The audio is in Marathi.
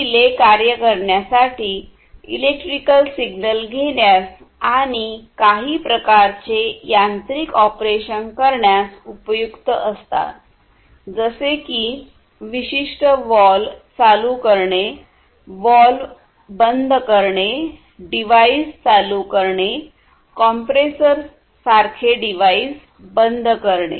हे रिले कार्य करण्यासाठी इलेक्ट्रिक सिग्नल घेण्यास आणि काही प्रकारचे यांत्रिक ऑपरेशन करण्यास उपयुक्त असतात जसे की विशिष्ट वाल्व चालू करणे वाल्व बंद करणे डिव्हाइस चालू करणे कंप्रेसरसारखे डिव्हाइस बंद करणे